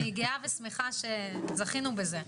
אני גאה ושמחה שזכינו בזה.